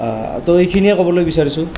তো এইখিনিয়েই ক'বলৈ বিচাৰিছোঁ